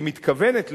היא מתכוונת לשנות,